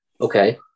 Okay